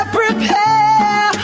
prepare